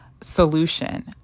solution